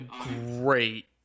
great